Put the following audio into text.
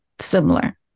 similar